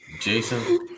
Jason